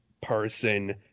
person